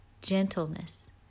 gentleness